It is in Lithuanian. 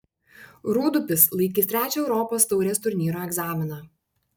rūdupis laikys trečią europos taurės turnyro egzaminą